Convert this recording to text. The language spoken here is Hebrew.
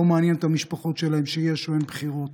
לא מעניין את המשפחות שלהם שיש או אין בחירות,